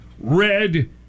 Red